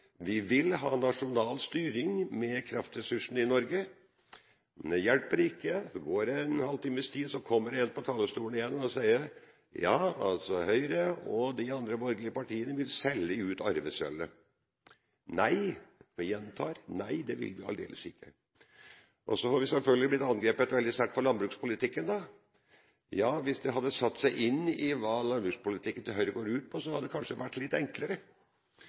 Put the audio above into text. Vi vil ha nasjonal styring med kraftressursene i Norge. Men det hjelper ikke. Det går en halvtimes tid. Så kommer det en på talerstolen igjen og sier: Høyre og de andre borgerlige partiene vil selge ut arvesølvet. Nei – jeg gjentar – nei, det vil vi aldeles ikke. Så har vi selvfølgelig blitt angrepet veldig sterkt for landbrukspolitikken. Hvis man hadde satt seg inn i hva landbrukspolitikken til Høyre går ut på, hadde det kanskje vært litt enklere.